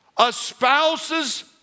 espouses